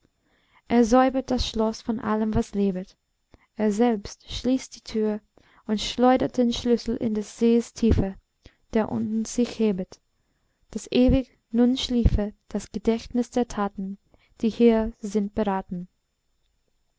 er säubert das schloß von allem was lebet er selbst schließt die tür und schleudert den schlüssel in des sees tiefe der unten sich hebet daß ewig nun schliefe das gedächtnis der taten die hier sind beraten